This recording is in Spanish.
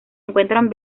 encuentran